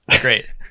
Great